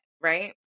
right